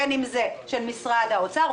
בין אם של משרד האוצר,